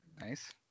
Nice